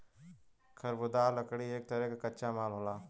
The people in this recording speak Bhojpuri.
खरबुदाह लकड़ी एक तरे क कच्चा माल होला